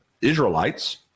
Israelites